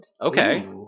Okay